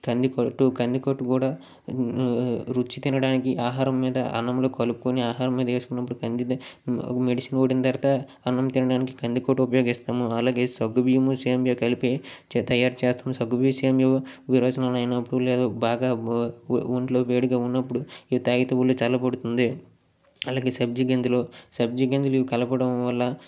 కంది కట్టు కంది కట్టు కూడా రుచి తినడానికి ఆహారం మీద అన్నంలో కలుపుకొని ఆహారం మీద వేసుకున్నప్పుడు కంది మెడిసి ఊడిన తరువాత అన్నం తినడానికి కంది కట్టు ఉపయోగిస్తాము అలాగే సగ్గు బియ్యము సేమ్యా కలిపి చే తయారు చేస్తాం సగ్గు బియ్య సేమ్యా విరోచనాలు అయినప్పుడు లేదా బాగా ఒ ఒం ఒంట్లో వేడిగా ఉన్నప్పుడు ఇవి తాగితే ఒళ్ళు చల్లబడుతుంది అలాగే సబ్జా గింజలు సబ్జా గింజలు కలపడం వల్ల